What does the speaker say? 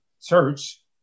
church